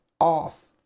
off